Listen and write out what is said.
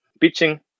Pitching